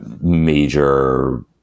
major